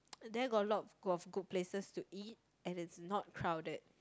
there got a lot of of good places to eat and it's not crowded